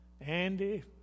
Andy